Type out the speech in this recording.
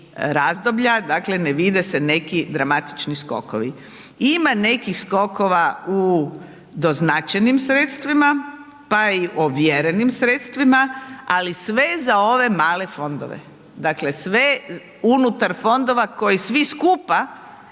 razdoblja, dakle ne vide se neki dramatični skokovi. Ima nekih skokova u doznačenim sredstvima, pa i ovjerenim sredstvima, ali sve za ove male fondove, dakle sve unutar fondova koji svi skupa